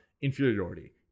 inferiority